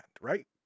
right